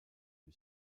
lui